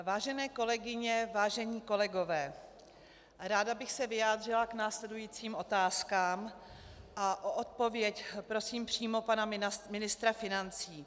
Vážené kolegyně, vážení kolegové, ráda bych se vyjádřila k následujícím otázkám a o odpověď prosím přímo pana ministra financí.